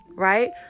Right